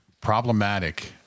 problematic